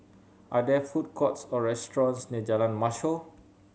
are there food courts or restaurants near Jalan Mashhor